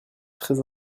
très